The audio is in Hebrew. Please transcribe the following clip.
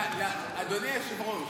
אדוני היושב-ראש,